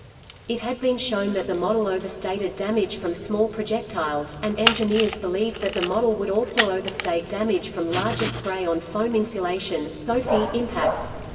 it had been shown that the model overstated damage from small projectiles, and engineers believed that the model would also overstate damage from larger spray-on foam insulation so impacts.